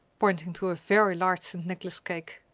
pointing to a very large st. nicholas cake.